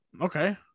okay